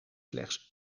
slechts